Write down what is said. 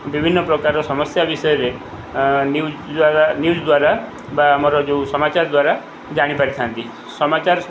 ବିଭିନ୍ନପ୍ରକାର ସମସ୍ୟା ବିଷୟରେ ନ୍ୟୁଜ୍ ଦ୍ୱାରା ନ୍ୟୁଜ୍ ଦ୍ୱାରା ବା ଆମର ଯେଉଁ ସମାଚାର ଦ୍ୱାରା ଜାଣିପାରିଥାନ୍ତି ସମାଚାର